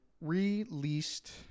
released